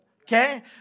Okay